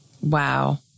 Wow